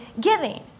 giving